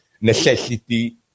necessity